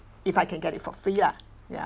if I can get it for free lah ya